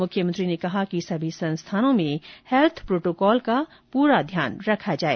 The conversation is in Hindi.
मुख्यमंत्री ने कहा कि सभी संस्थानों में हैल्थ प्रोटोकॉल का पूरा ध्यान रखा जाए